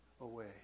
away